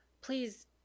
please